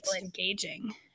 engaging